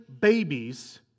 babies